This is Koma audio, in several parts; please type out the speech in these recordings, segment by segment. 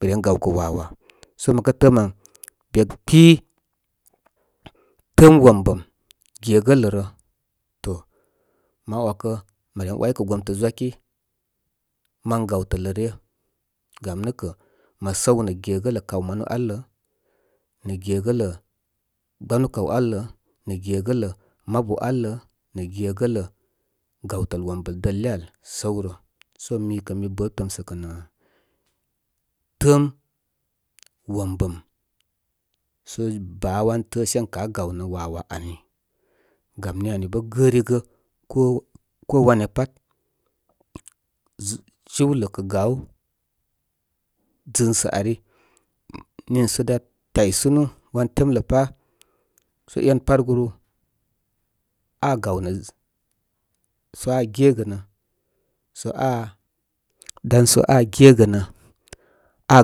Iren gawkə wawa. Sə mə kə təə mən mə kpɨ təəm wom bəm gegələ rə, to mə ‘wakə mə ren ‘waykə gomtə zwaki man gaw tələ ryə gam nə kə mə səw nə gegələ kaw manu ál lə nə gegələ gaw təl wombəl dəle ál səw rə. So mikə mi bə tomsə kə nə təəm wom bəm sə baa wan təə she ən ká gawnə wawa ani. Gam ni ani bə gərigə ko, ko wanya pat jiw, jiwlə kə gaw zɨnsə ari hiisə dá tyayt sunwan temlə pá sə énpat guru aá gaw nə sə aa gegənə aa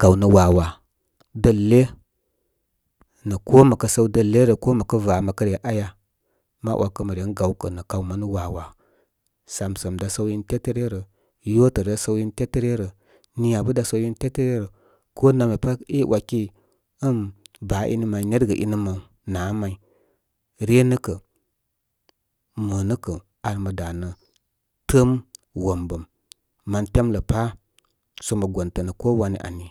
gawnə wawa dəle nə ko məkə səw dəlerə ko makə va mə kə re aya, ma ‘wakə mə ren gaw kə nə kaw manu wa wa, samsəm dá səw in tétə ryə rə. Yotə dá səw in tétə ryə rə, niya bə dá səw in tetə ryə rə. Ko namya pat i ‘waki ən baa ini may, nergə inə maw, naa may. Renə kə, mo nə kə ar mə dá nə aw təəm wom bəm man temlə pá sə mo gontənə ko wanya ani.